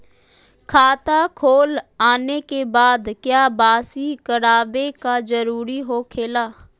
खाता खोल आने के बाद क्या बासी करावे का जरूरी हो खेला?